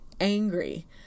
angry